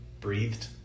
breathed